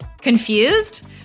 Confused